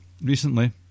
recently